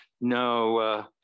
no